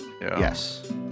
yes